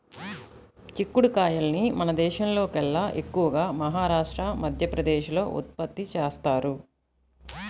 చిక్కుడు కాయల్ని మన దేశంలోకెల్లా ఎక్కువగా మహారాష్ట్ర, మధ్యప్రదేశ్ లో ఉత్పత్తి చేత్తారు